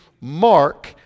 Mark